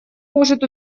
может